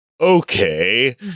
okay